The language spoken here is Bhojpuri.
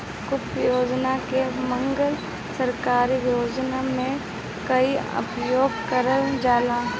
कृषि यत्र की मांग सरकरी विभाग में कइसे आवेदन कइल जाला?